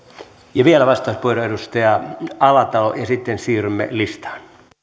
on vielä vastauspuheenvuoro edustaja alatalo ja sitten siirrymme listaan